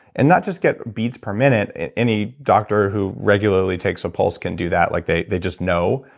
and not just get beats per minute and any doctor who regularly takes a pulse can do that, like they they just know,